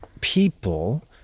People